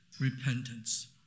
Repentance